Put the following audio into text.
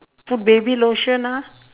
put baby lotion ah